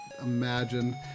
imagine